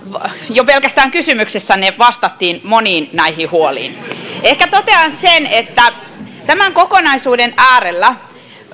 jo pelkästään kysymyksessänne vastattiin moniin näihin huoliin ehkä totean sen että tämän kokonaisuuden äärellä